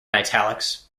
italics